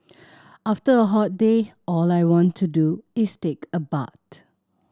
after a hot day all I want to do is take a bath